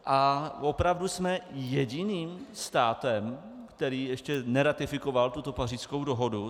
A opravdu jsme jediným státem, který ještě neratifikoval tuto Pařížskou dohodu?